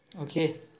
Okay